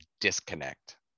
disconnect